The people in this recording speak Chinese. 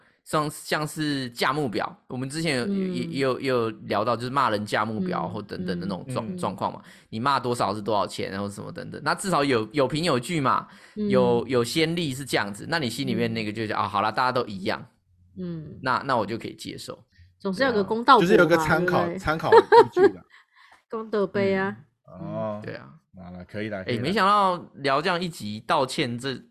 像- 像是价目表，我们之前有- 也- 也嗯。有- 也有聊到就是骂人价目表嗯，或等等的嗯，那种状-嗯。状况嘛，你骂多少是多少钱，然后什么等等，那至少有- 有凭有据嘛，有-嗯。有先例是这样子，那你心里面那嗯。个就觉得，啊，好了，大家都一样，嗯。那- 那我就可以接受。总是要有个对啊。公道伯就是有个嘛，参考-对不对？参考依据的。 公道杯啊。嗯，哦。嗯。对啊。好了，可以了，哎，可以了。没想到聊这样一集道歉，这-